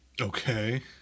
Okay